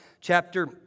chapter